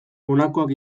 honakoak